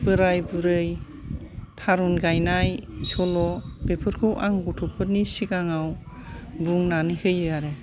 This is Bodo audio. बोराय बुरै थारुन गायनाय सल' बेफोरखौ आं गथ'फोरनि सिगाङाव बुंनानै होयो आरो